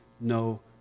no